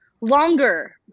longer